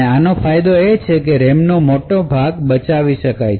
આનો ફાયદો એ છે કે RAMનો મોટો ભાગ બચાવવામાં આવે છે